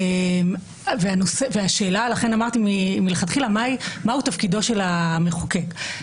ולכן אמרתי מלכתחילה מהו תפקידו של המחוקק.